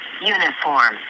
Uniform